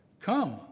come